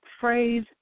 phrase